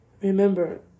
remember